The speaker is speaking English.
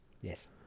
yes